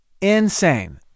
insane